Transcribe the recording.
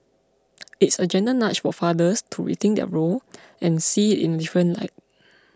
it's a gentle nudge for fathers to rethink their role and see it in a different light